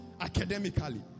academically